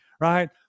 right